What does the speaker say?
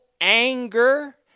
anger